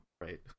right